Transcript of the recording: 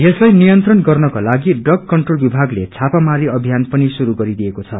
यसलाई नियंत्रण गर्नको लागि ड्रग कन्ट्रोल विभागले छापामारी अभियान शुरू गरेको छ